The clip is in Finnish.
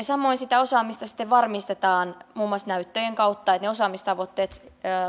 samoin sitä osaamista varmistetaan muun muassa näyttöjen kautta niin että ne osaamistavoitteet